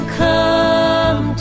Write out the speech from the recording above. come